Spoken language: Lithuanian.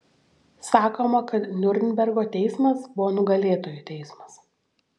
sakoma kad niurnbergo teismas buvo nugalėtojų teismas